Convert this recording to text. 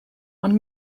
ond